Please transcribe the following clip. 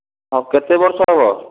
ହଁ କେତେ ବର୍ଷ ହବ